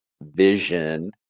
vision